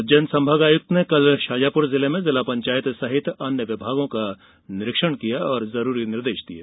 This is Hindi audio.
उज्जैन संभागायुक्त ने शाजापुर जिले में जिलापंचायत सहित अन्य विभागों का निरीक्षण किया और जरूरी निर्देश दिये